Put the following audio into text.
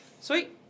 Sweet